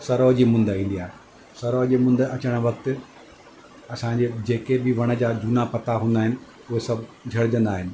सरोज जी मुंद ईंदी आहे सरोज जी मुंद अचणु वक़्तु असांजे जेके बि वण जा झूना पता हूंदा आहिनि उहे सभु झड़जंदा आहिनि